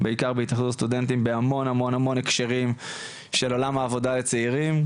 בעיקר בהתאחדות הסטודנטים בהמון המון הקשרים של עולם העבודה לצעירים.